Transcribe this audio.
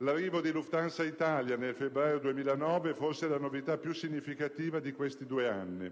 L'arrivo di Lufthansa Italia, nel febbraio 2009, è forse la novità più significativa di questi due anni.